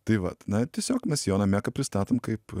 tai vat na tiesiog mes joną meką pristatom kaip